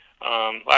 last